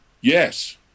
yes